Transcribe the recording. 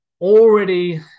already